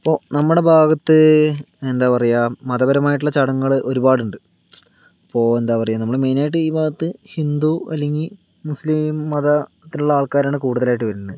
ഇപ്പോൾ നമ്മുടെ ഭാഗത്ത് എന്താ പറയുക മതപരമായിട്ടുള്ള ചടങ്ങുകള് ഒരുപാടുണ്ട് ഇപ്പോ എന്താ പറയുക മെയിനായിട്ട് ഈ ഭാഗത്ത് ഹിന്ദു അല്ലെങ്കി മുസ്ലിം മതത്തിലുള്ള ആൾക്കാരാണ് കൂടുതലായിട്ട് വരുന്നത്